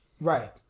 Right